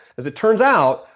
as it turns out,